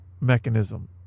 mechanism